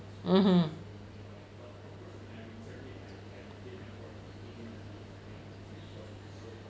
mmhmm